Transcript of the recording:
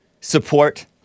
Support